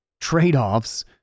trade-offs